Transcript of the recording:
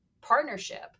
partnership